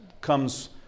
comes